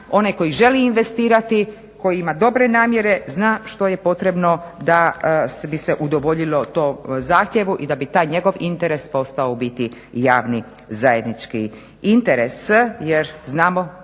onaj koji želi investirati, koji ima dobre namjere zna što je potrebno da bi se udovoljilo tom zahtjevu i da bi taj njegov interes postao u biti javni zajednički interes.